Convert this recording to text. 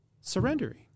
surrendering